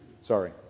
sorry